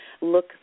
look